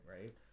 right